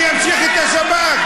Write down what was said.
אני אמשיך את השבת,